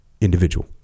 individual